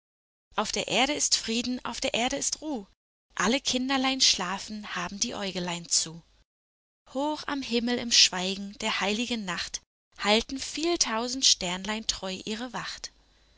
auf der erde ist frieden auf der erde ist ruh alle kinderlein schlafen haben die äugelein zu hoch am himmel im schweigen der heiligen nacht halten viel tausend sternlein treu ihre wacht